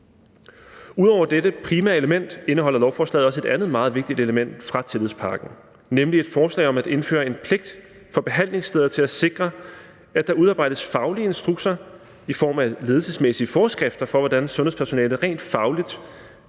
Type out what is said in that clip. Ud over dette primære element indeholder lovforslaget også et andet meget vigtigt element fra tillidspakken, nemlig et forslag om at indføre en pligt for behandlingssteder til at sikre, at der udarbejdes faglige instrukser i form af ledelsesmæssige forskrifter for, hvordan sundhedspersonalet rent fagligt